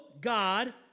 God